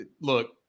look